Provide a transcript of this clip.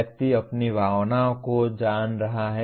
व्यक्ति अपनी भावनाओं को जान रहा है